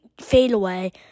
fadeaway